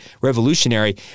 revolutionary